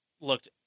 looked